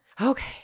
Okay